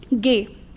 Gay